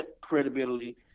credibility